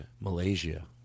Malaysia